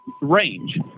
range